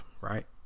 right